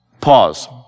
pause